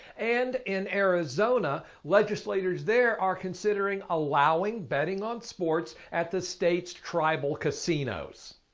and and arizona, legislators there are considering allowing betting on sports at the state's tribal casinos.